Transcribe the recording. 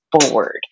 forward